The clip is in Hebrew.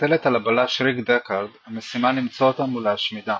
מוטלת על הבלש ריק דקארד המשימה למצוא אותם ולהשמידם.